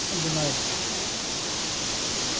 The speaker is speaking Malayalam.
അഞ്ചെണ്ണം ആയോ ഇപ്പം ആയി തോന്നുന്നു